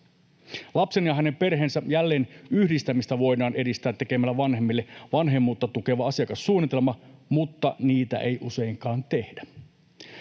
Lapsen ja hänen perheensä jälleenyhdistämistä voidaan edistää tekemällä vanhemmille vanhemmuutta tukeva asiakassuunnitelma, mutta niitä ei useinkaan tehdä.